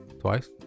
Twice